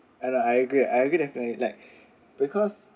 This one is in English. and I agree I agree definitely like because